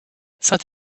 saint